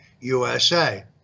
USA